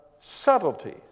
subtlety